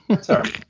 Sorry